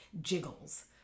jiggles